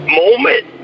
moment